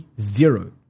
zero